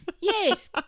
Yes